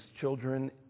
children